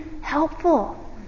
helpful